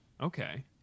Okay